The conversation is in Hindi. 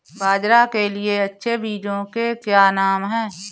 बाजरा के लिए अच्छे बीजों के नाम क्या हैं?